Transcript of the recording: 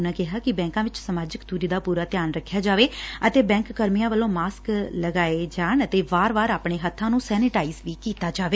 ਉਨੂਾਂ ਕਿਹਾ ਕਿ ਬੈਂਕਾਂ ਵਿੱਚ ਸਮਾਜਿਕ ਦੂਰੀ ਦਾ ਪੂਰਾ ਧਿਆਨ ਰੱਖਿਆ ਜਾਵੇ ਅਤੇ ਬੈਂਕ ਕਰਮੀਆਂ ਵੱਲੋ ਮਾਸਕ ਲਗਾਕੇ ਰੱਖਿਆ ਜਾਵੇ ਅਤੇ ਵਾਰ ਵਾਰ ਆਪਣੇ ਹੱਬਾਂ ਨੂੰ ਸੈਨੇਟਾਈਜ ਕੀਤਾ ਜਾਵੇ